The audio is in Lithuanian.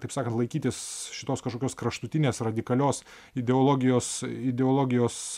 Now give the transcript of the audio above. taip sakant laikytis šitos kažkokios kraštutinės radikalios ideologijos ideologijos